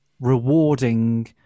rewarding